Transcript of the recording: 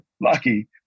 lucky